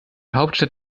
hauptstadt